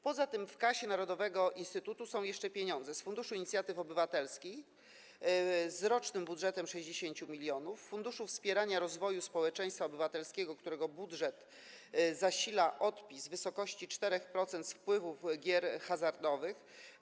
Poza tym w kasie narodowego instytutu są jeszcze pieniądze z Funduszu Inicjatyw Obywatelskich z rocznym budżetem 60 mln i Funduszu Wspierania Rozwoju Społeczeństwa Obywatelskiego, którego budżet zasila odpis w wysokości 4% wpływów z gier hazardowych.